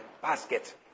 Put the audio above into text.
basket